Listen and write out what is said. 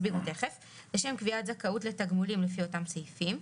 לשם קביעת זכאות לתגמולים לפי אותם סעיפים,